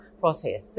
process